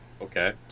Okay